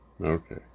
okay